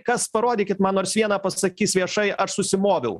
kas parodykit man nors vieną pasakys viešai aš susimoviau